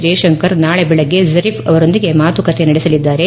ಜೈಶಂಕರ್ ನಾಳೆ ಬೆಳಗ್ಗೆ ಝರಿಫ್ ಅವರೊಂದಿಗೆ ಮಾತುಕತೆ ನಡೆಸಲಿದ್ದಾರೆ